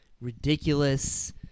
ridiculous